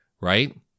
right